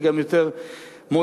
זה גם יותר מועיל.